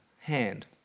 hand